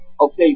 Okay